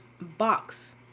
box